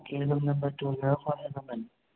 okay room number ꯇꯨꯅ ꯍꯣꯉꯦ ꯃꯃꯜ